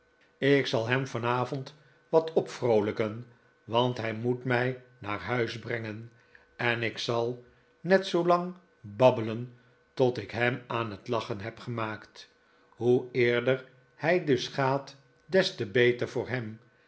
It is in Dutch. ik zal hem vanavond wat opvroolijken want hij moet mi naar huis brengen en ik zal net zoolang babbelen tot ik hem aan het lachen heb gemaakt hoe eerder hij dus gaat des te beter voor hem